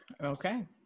Okay